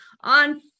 on